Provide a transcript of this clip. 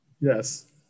Yes